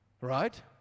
Right